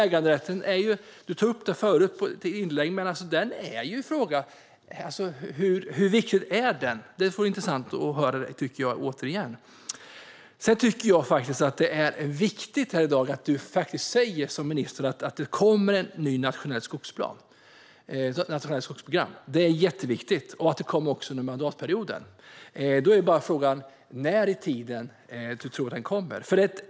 Äganderätten togs upp av ministern i ett inlägg. Hur viktig är den? Det vore intressant att höra. Det är viktigt att ministern här i dag säger att det kommer ett nytt nationellt skogsprogram. Men det är också jätteviktigt att det kommer under mandatperioden. Då är bara frågan när i tiden han tror att det kommer.